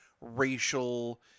racial